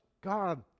god